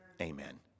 Amen